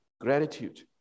gratitude